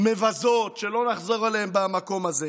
מבזות, שלא נחזור עליהן במקום הזה.